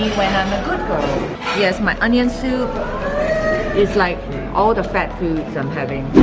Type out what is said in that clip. when i'm a good girl yes, my onion soup is like all the fat foods i'm having